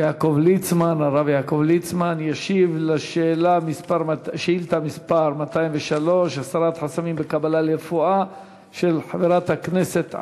הרב יעקב ליצמן ישיב על שאילתה מס' 203. חברת הכנסת,